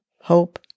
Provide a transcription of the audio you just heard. hope